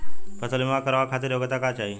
फसल बीमा करावे खातिर योग्यता का चाही?